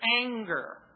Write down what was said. anger